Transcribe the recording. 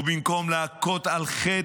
ובמקום להכות על חטא,